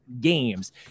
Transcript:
games